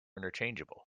interchangeable